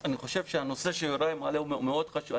אני חושב שהנושא שיוראי מעלה הוא חשוב מאוד.